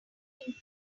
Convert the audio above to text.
looking